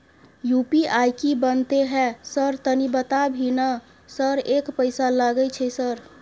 UPI की बनते है सर तनी बता भी ना सर एक पैसा लागे छै सर?